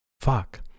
fuck